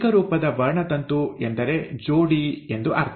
ಏಕರೂಪದ ವರ್ಣತಂತು ಎಂದರೆ ಜೋಡಿ ಎಂದು ಅರ್ಥ